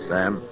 Sam